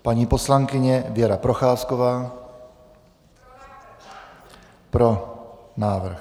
Paní poslankyně Věra Procházková: Pro návrh.